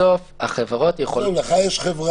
בסוף החברות יכולות --- אם יש לך חברה,